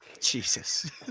Jesus